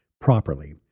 properly